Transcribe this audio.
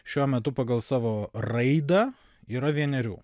šiuo metu pagal savo raidą yra vienerių